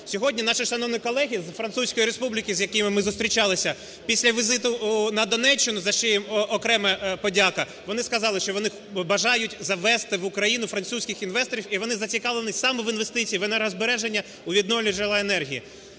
Сьогодні наші шановні колеги з Французької Республіки, з якими ми зустрічалися, після візиту на Донеччину (за що їм окрема подяка), вони сказали, що вони бажають завезти в Україну французьких інвесторів. І вони зацікавлені саме в інвестиції в енергозбереження у відновлювальні джерела енергії.